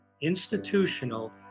institutional